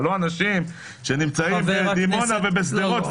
אבל לא אנשים שנמצאים בדימונה ובשדרות,